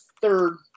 third